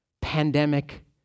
pandemic